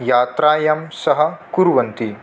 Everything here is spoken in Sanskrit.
यात्रायां सहकुर्वन्ति